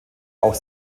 auch